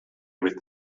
with